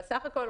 אבל בסך הכול,